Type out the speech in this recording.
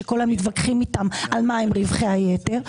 שכולם מתווכחים איתם על מהם רווחי היתר.